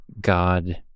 god